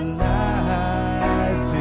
life